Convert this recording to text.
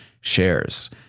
shares